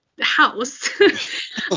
house